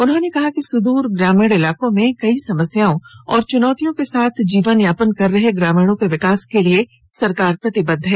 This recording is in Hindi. उन्होंने कहा कि सुदूर ग्रामीण इलाकों में कई समस्याओ और चुनौतियों के साथ जीवन यापन कर रहे ग्रामीणों के विकास के लिए सरकार प्रतिबद्ध है